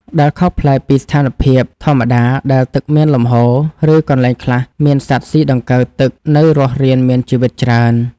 ដែលខុសប្លែកពីស្ថានភាពធម្មតាដែលទឹកមានលំហូរ ឬកន្លែងខ្លះមានសត្វស៊ីដង្កូវទឹកនៅរស់រានមានជីវិតច្រើន។